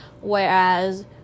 Whereas